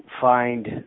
find